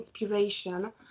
inspiration